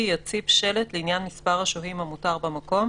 יציב שלט לעניין מספר השוהים המותר במקום,